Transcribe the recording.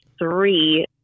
three